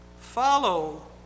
follow